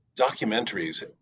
Documentaries